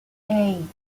hey